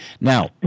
Now